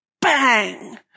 bang